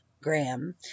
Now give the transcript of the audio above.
Graham